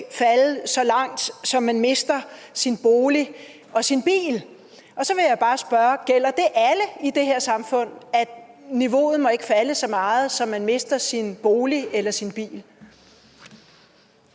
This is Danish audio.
falde så meget, at man mister sin bolig og sin bil. Så vil jeg bare spørge: Gælder det alle i det her samfund, at niveauet ikke må falde så meget, at man mister sin bolig eller sin bil?